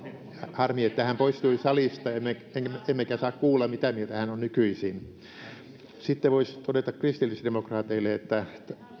harmi että hän poistui salista emmekä emmekä saa kuulla mitä mieltä hän on nykyisin sitten voisi todeta kristillisdemokraateille että